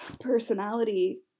personality